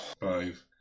Five